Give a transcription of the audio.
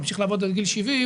ממשיך לעבוד עד גיל 70,